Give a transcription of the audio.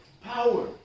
power